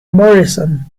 morrison